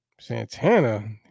Santana